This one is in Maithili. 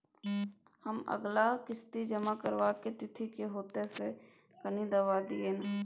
हमर अगला किस्ती जमा करबा के तिथि की होतै से कनी बता दिय न?